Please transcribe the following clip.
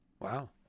Wow